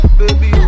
baby